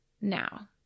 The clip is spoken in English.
Now